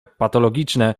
patologiczne